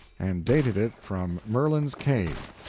and dated it from merlin's cave.